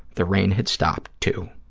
the rain had stopped, too.